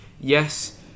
Yes